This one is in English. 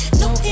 no